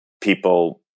people